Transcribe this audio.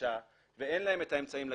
וקשה ואין להם את האמצעים לגשת,